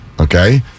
okay